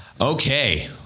okay